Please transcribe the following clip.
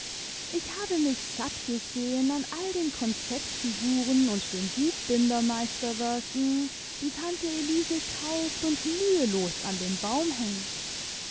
ich habe mich satt gesehen an all den konfektfiguren und den buchbindermeisterwerken die tante elise kauft und mühelos an den baum hängt